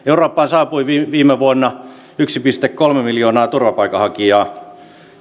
eurooppaan saapui viime viime vuonna yksi pilkku kolme miljoonaa turvapaikanhakijaa